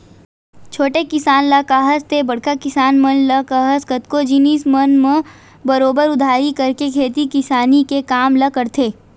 छोटे किसान ल काहस ते बड़का किसान मन ल काहस कतको जिनिस मन म बरोबर उधारी करके खेती किसानी के काम ल करथे